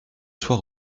soir